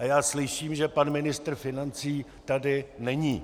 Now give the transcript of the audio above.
A já slyším, že pan ministr financí tady není.